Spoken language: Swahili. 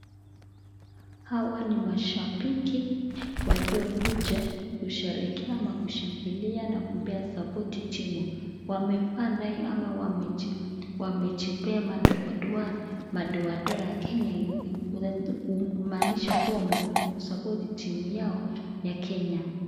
Hawa ni mashapiki ambayo wamekuja kusherikea ama kushangiliana kupea sapoti timu wamefaa nayo ama wamunipea majekondwa matoatoa ya kenya kumanisha wamekuja kusapoti timu yao ya Kenya.